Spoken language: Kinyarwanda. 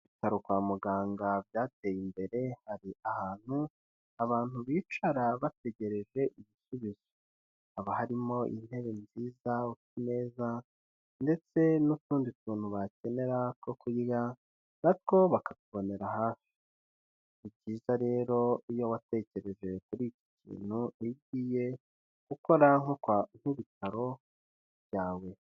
Ibi bitaro kwa muganga byateye imbere hari ahantu abantu bicara bategereje igisubizo, haba harimo intebe nziza utumeza ndetse n'utundi tuntu bakenera two kurya, natwo bakakubonera hafi, ni byiza rero iyo watekereje kuri iki kintu iyo ugiye ukora nko nk'ibitaro byawe.